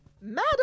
Madam